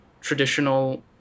traditional